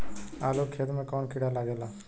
आलू के खेत मे कौन किड़ा लागे ला?